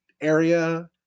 area